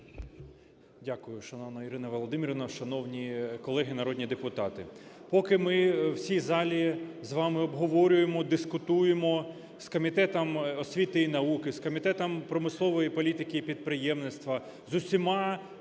Дякую, шановна Ірина Володимирівна, шановні колеги народні депутати. Поки ми в цій залі з вами обговорюємо, дискутуємо з Комітетом освіти і науки, з Комітетом промислової політики і підприємництва, з усіма